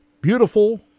beautiful